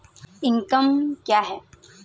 E commerce क्या है?